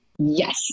Yes